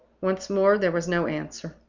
once more there was no answer.